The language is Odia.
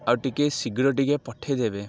ଆଉ ଟିକେ ଶୀଘ୍ର ଟିକେ ପଠେଇଦେବେ